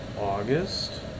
August